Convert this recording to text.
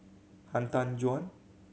Han Tan Juan